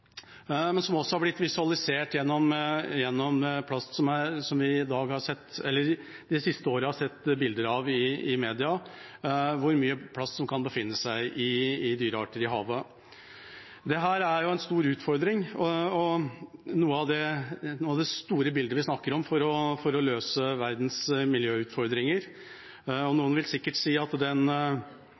men som også har blitt visualisert gjennom at vi de siste årene har sett bilder i media av hvor mye plast som kan befinne seg i dyrearter i havet. Dette er en stor utfordring og noe av det store bildet vi snakker om, for å løse verdens miljøutfordringer. Noen vil sikkert si at den